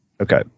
Okay